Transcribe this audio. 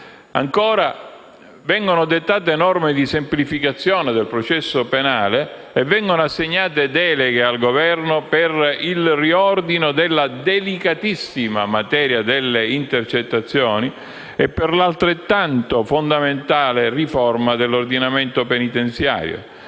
inoltre vengono dettate norme di semplificazione del processo penale e vengono assegnate deleghe al Governo per il riordino della delicatissima materia delle intercettazioni e per l'altrettanto fondamentale riforma dell'ordinamento penitenziario,